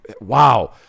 wow